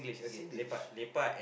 Singlish